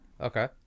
Okay